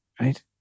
right